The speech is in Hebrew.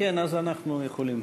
אז אנחנו יכולים